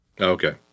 Okay